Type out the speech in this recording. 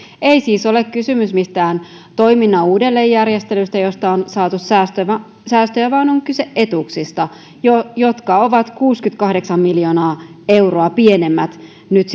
ei siis ole kysymys mistään toiminnan uudelleenjärjestelystä josta on saatu säästöjä vaan on kyse etuuksista jotka ovat kuusikymmentäkahdeksan miljoonaa euroa pienemmät nyt